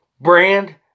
brand